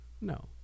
No